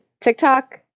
TikTok